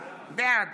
בעד